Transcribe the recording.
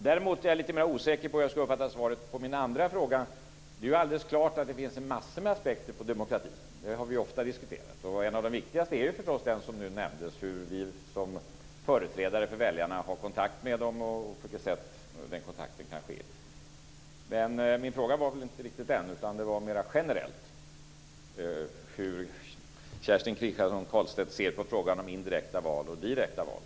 Däremot är jag lite mera osäker på hur jag ska uppfatta svaret på min andra fråga. Det är alldeles klart att det finns en massa aspekter på demokratin - det har vi ofta diskuterat - och att en av de viktigaste förstås är den som nyss nämndes, att vi som företrädare för väljarna har kontakt med dessa och hur den kontakten upprätthålls. Men min fråga avsåg inte riktigt det utan var mer generell: Hur ser Kerstin Kristiansson Karlstedt på frågan om indirekta val och direkta val?